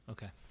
Okay